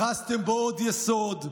הרסתם בו עוד יסוד.